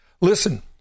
listen